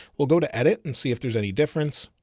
we'll go to edit and see if there's any difference,